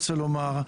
לומר,